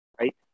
right